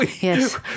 Yes